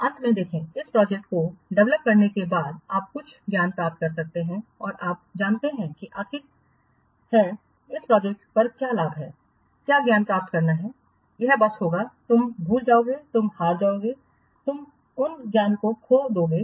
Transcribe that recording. अंत में देखें इस प्रोजेक्ट को डेवलप करने के बाद आप कुछ ज्ञान प्राप्त करते हैं और आप जानते हैं कि आखिर है इस प्रोजेक्ट पर क्या लाभ है क्या ज्ञान प्राप्त करता है यह बस होगा तुम भूल जाओगे तुम हार जाओगे तुम उन ज्ञान को खो दोगे